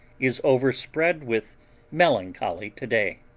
is overspread with melancholy today.